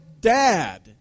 dad